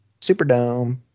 Superdome